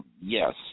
Yes